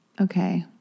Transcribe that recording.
okay